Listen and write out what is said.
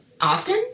Often